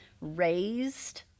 raised